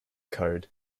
code